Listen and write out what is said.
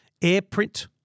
AirPrint